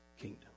kingdom